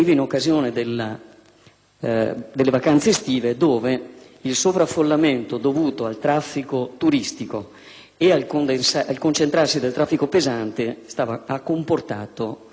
delle vacanze estive, quando il sovraffollamento dovuto al traffico turistico e al concentrarsi del traffico pesante ha comportato gravi lutti.